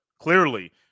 clearly